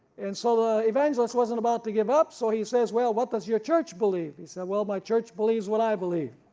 and so the evangelist wasn't about to give up, so he says, well what does your church believe? he said, well my church believes what i believe,